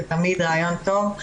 זה תמיד רעיון טוב.